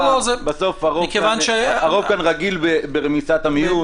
בסוף הרוב כאן רגיל ברמיסת המיעוט.